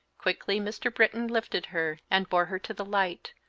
quickly mr. britton lifted her and bore her to the light,